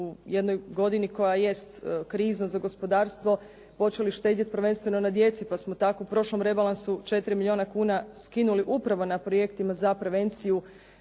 u jednoj godini koja jest krizna za gospodarstvo, počeli štedjeti prvenstveno na djeci. Pa smo tako u prošlom rebalansu 4 milijuna kuna skinuli upravo na projektima za prevenciju